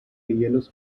hielos